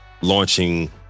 launching